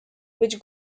which